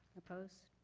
opposed?